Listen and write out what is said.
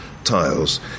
tiles